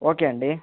okay అండి